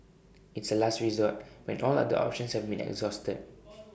it's A last resort when all other options have been exhausted